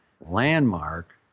landmark